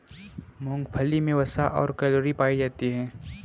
मूंगफली मे वसा और कैलोरी पायी जाती है